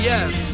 Yes